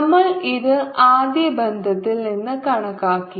നമ്മൾ ഇത് ആദ്യ ബന്ധത്തിൽ നിന്ന് കണക്കാക്കി